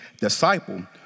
Disciple